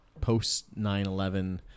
post-9-11